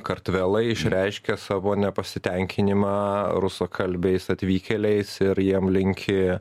kartvelai išreiškė savo nepasitenkinimą rusakalbiais atvykėliais ir jiem linki